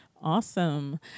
Awesome